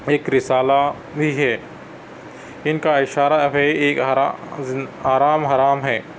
ایک رسالہ بھی ہے اِن کا اشارہ آرام حرام ہے